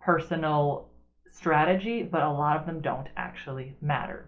personal strategy, but a lot of them don't actually matter.